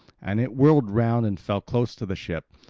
and it whirled round and fell close to the ship.